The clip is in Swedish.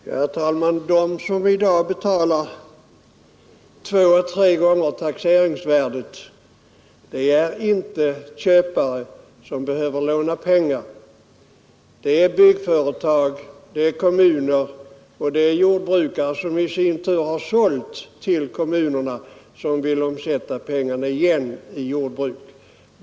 Herr talman! De som i dag betalar två å tre gånger taxeringsvärdet är inte köpare som behöver låna pengar. Det är byggföretag, det är kommuner och det är jordbrukare, som i sin tur har sålt till kommunerna och vill omsätta pengarna i jordbruk igen.